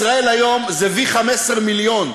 "ישראל היום" זה V 15 מיליון.